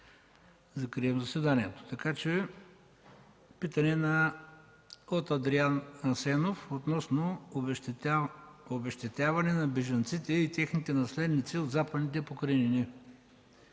закрием заседанието. Питане от Адриан Асенов относно обезщетяване на бежанците и техните наследници от Западните покрайнини